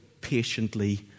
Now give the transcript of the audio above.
patiently